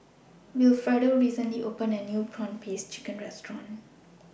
Wilfredo recently opened A New Prawn Paste Chicken Restaurant